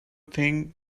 think